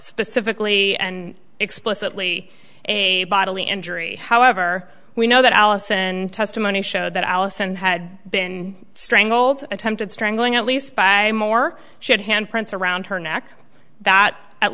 specifically and explicitly a bodily injury however we know that allison testimony showed that allison had been strangled attempted strangling at least by more shit hand prints around her neck that at